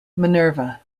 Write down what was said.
minerva